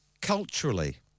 culturally